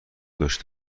داشته